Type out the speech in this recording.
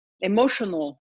emotional